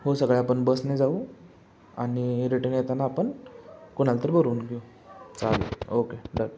हो सगळे आपण बसने जाऊ आणि रिटर्न येताना आपण कोणाला तरी बोलवून घेऊ चालेल ओके डन